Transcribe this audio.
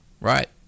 Right